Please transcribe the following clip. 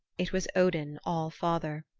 it was odin all-father.